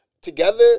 together